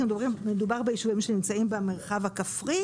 אנחנו מדברים על יישובים שנמצאים במרחב הכפרי